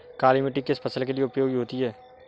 काली मिट्टी किस फसल के लिए उपयोगी होती है?